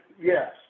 Yes